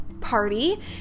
party